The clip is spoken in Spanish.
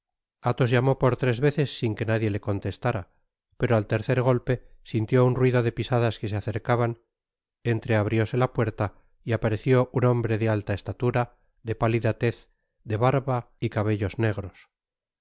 athos por tres veces sin que nadie le contestara pero al tercer golpe sintió un ruido de pisadas que se acercaban entreabrióse la puerta y apareció un hombre de alta estatura de pálida tez de barba y cabellos negros